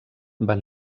van